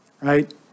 right